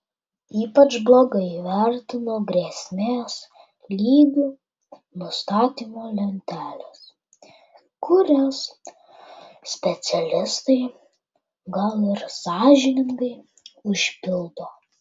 ypač blogai vertinu grėsmės lygių nustatymo lenteles kurias specialistai gal ir sąžiningai užpildo